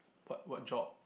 what what job